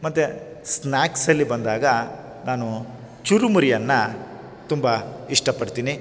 ಮತ್ತು ಸ್ನ್ಯಾಕ್ಸಲ್ಲಿ ಬಂದಾಗ ನಾನು ಚುರುಮುರಿಯನ್ನು ತುಂಬ ಇಷ್ಟಪಡ್ತೀನಿ